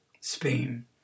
Spain